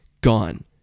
gone